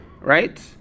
right